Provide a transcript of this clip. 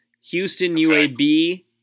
Houston-UAB